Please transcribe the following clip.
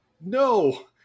no